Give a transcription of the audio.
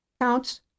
counts